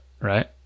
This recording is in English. Right